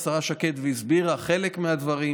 אם השקר של שקד היה עובר במליאה אתמול,